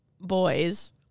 boys